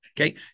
Okay